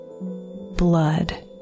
Blood